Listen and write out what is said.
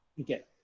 Okay